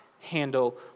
handle